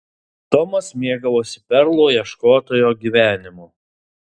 tomas mėgavosi perlų ieškotojo gyvenimu